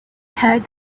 had